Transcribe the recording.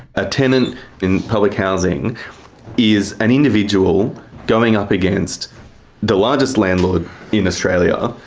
a tenant in public housing is an individual going up against the largest landlord in australia.